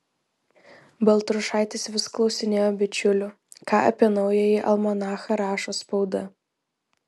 baltrušaitis vis klausinėjo bičiulių ką apie naująjį almanachą rašo spauda